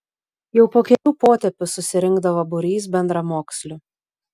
jau po kelių potėpių susirinkdavo būrys bendramokslių